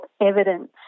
evidence